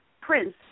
prince